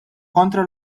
kontra